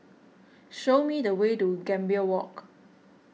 show me the way to Gambir Walk